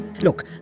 look